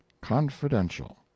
CONFIDENTIAL